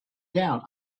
down